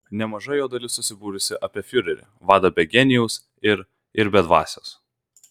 nemaža jo dalis susibūrusi apie fiurerį vadą be genijaus ir ir be dvasios